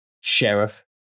Sheriff